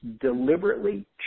deliberately